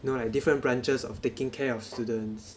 you know like different branches of taking care of students